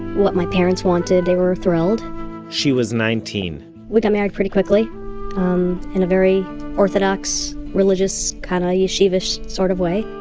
what my parents wanted. they were thrilled she was nineteen we got married pretty quickly in a very orthodox, religious, kind of yeshivish sort of way.